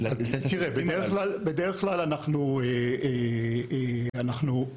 בדרך כלל אנחנו לא